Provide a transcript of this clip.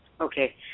Okay